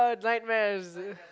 nightmares